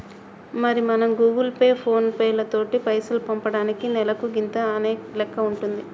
మరి మనం Google Pay ఫోన్ పేలతోటి పైసలు పంపటానికి నెలకు గింత అనే లెక్క ఉంటుంది